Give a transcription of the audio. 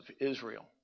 Israel